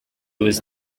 was